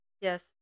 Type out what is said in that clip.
Yes